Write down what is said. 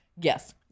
yes